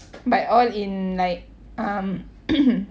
but all in like um